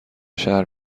شهر